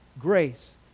grace